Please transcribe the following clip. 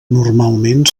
normalment